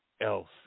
else